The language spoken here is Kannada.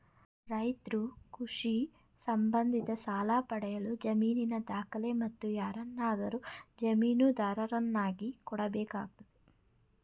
ರೈತ್ರು ಕೃಷಿ ಸಂಬಂಧಿ ಸಾಲ ಪಡೆಯಲು ಜಮೀನಿನ ದಾಖಲೆ, ಮತ್ತು ಯಾರನ್ನಾದರೂ ಜಾಮೀನುದಾರರನ್ನಾಗಿ ಕೊಡಬೇಕಾಗ್ತದೆ